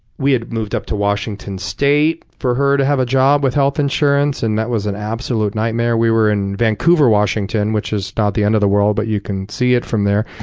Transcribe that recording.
we had moved up to washington state for her to have a job with health insurance, and that was an absolute nightmare. we were in vancouver, washington, which is about the end of the world, but you can see it from there.